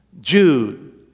Jude